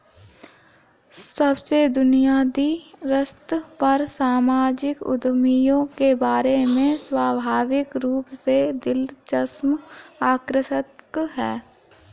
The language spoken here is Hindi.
सबसे बुनियादी स्तर पर सामाजिक उद्यमियों के बारे में स्वाभाविक रूप से दिलचस्प आकर्षक है